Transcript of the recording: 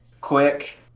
Quick